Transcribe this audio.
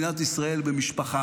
ואתה ראש ממשלה לא